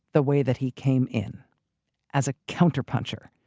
the way that he came in as a counter-puncher,